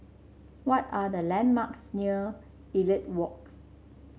what are the landmarks near Elliot Walk